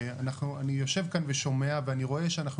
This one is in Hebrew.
אני יושב כאן ושומע ואני רואה שאנחנו